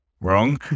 wrong